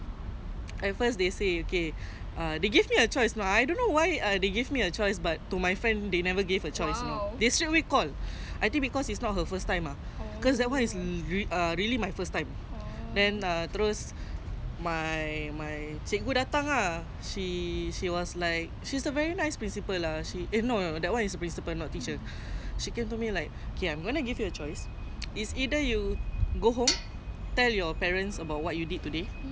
at first they say okay err they give me a choice lah I don't know why ah they give me a choice but to my friend they never gave a chance they straight away call I think because is not her first time ah because that [one] is really my first time then err terus my my cikgu datang ah she she was like she's a very nice principle lah she eh no that [one] is principal not teacher she came to me like okay I'm going to give you a choice is either you go home tell your parents about what you did today